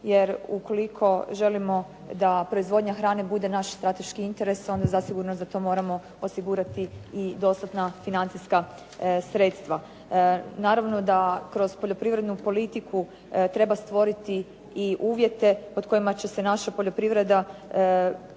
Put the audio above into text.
jer ukoliko želimo da proizvodnja hrane bude naš strateški interes onda zasigurno za to moramo osigurati i dostatna financijska sredstva. Naravno da kroz poljoprivrednu politiku treba stvoriti i uvjete pod kojima će se naša poljoprivreda